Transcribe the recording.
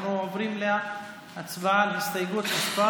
אנחנו עוברים להצבעה על הסתייגות מס'